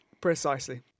Precisely